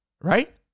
Right